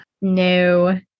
No